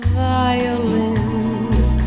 violins